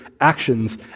actions